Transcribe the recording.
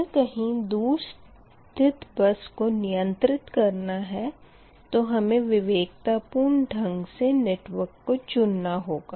अगर कहीं दूर स्थित बस को नियंत्रित करना है तो हमें विवेकतापूर्ण ढंग से नेटवर्क को चुन ना होगा